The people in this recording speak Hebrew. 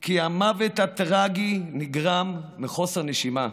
כי המוות הטרגי נגרם מחוסר נשימה.